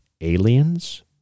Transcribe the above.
aliens